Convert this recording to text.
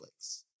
Netflix